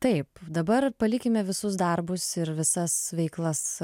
taip dabar palikime visus darbus ir visas veiklas